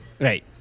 Right